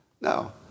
No